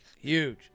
huge